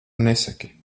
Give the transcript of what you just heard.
nesaki